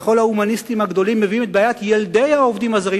וכל ההומניסטים הגדולים מביאים את בעיית ילדי העובדים הזרים,